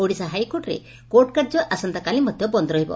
ଓଡିଶା ହାଇକୋର୍ଟରେ କୋର୍ଟ କାର୍ଯ୍ୟ ଆସନ୍ତାକାଲି ମଧ୍ଧ ବନ୍ଦ ରହିବ